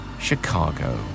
Chicago